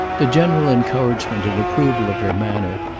the general encouragement and approval of her manner,